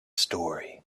story